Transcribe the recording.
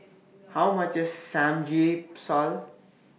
How much IS Samgyeopsal